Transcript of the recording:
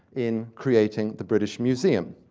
in creating the british museum.